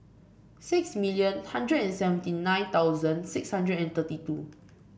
six million hundred and seventy nine thousand six hundred and thirty two